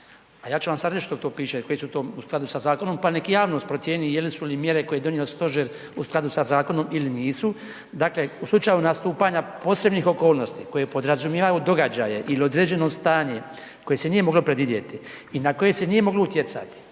A ja ću vam sad reći što tu piše koji su to u skladu sa zakonom pa nek javnost procijeni jesu li mjere koje je donio stožer u skladu sa zakonom ili nisu. Dakle u slučaju nastupanja posebnih okolnosti koje podrazumijevaju događaje ili određeno stanje koje se nije moglo predvidjeti i na koje se nije moglo utjecati,